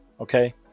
okay